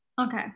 Okay